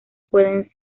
pueden